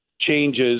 changes